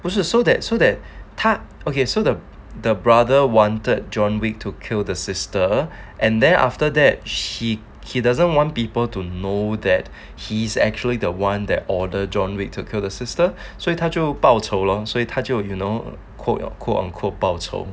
不是 so that so that 他 okay so the the brother wanted john wick to kill the sister and then after that she he doesn't want people to know that he's actually the one that order john wick to kill her sister 所以他就报仇 lor 所以他就 you know code on code uncode 报仇